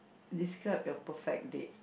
describe your perfect date